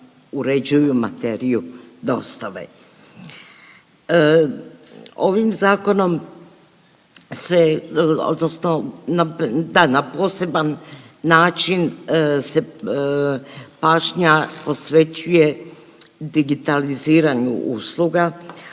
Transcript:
uređuju materiju dostave. Ovim zakonom se, odnosno da na poseban način se pažnja posvećuje digitaliziranju usluga